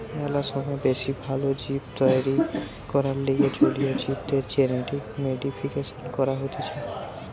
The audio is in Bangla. ম্যালা সময় বেশি ভাল জীব তৈরী করবার লিগে জলীয় জীবদের জেনেটিক মডিফিকেশন করা হতিছে